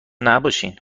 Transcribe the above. نباشین